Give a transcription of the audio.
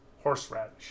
Horseradish